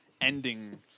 ending